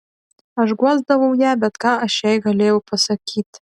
aš guosdavau ją bet ką aš jai galėjau pasakyti